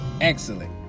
excellent